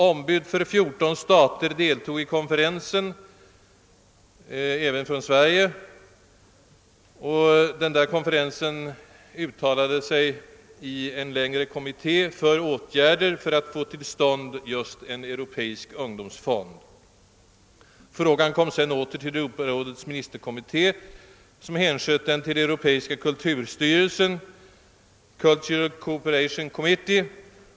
Ombud för 14 stater, även för Sverige, deltog i konferensen, och denna konferens uttalade sig i en längre kommuniké för åtgärder för att få till stånd just en europeisk ungdomsfond. Frågan kom sedan åter till Europarådets ministerkommitté, som hänsköt den till europeiska kulturstyrelsen, Cultural Cooperation Committee .